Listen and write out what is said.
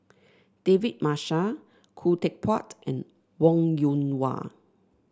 David Marshall Khoo Teck Puat and Wong Yoon Wah